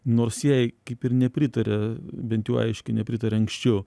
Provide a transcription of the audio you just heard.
nors jai kaip ir nepritaria bent jau aiškiai nepritaria anksčiau